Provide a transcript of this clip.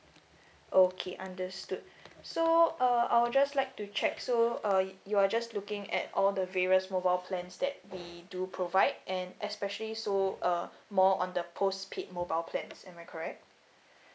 okay understood so uh I will just like to check so uh you are just looking at all the various mobile plans that we do provide and especially so uh more on the postpaid mobile plans am I correct